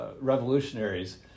revolutionaries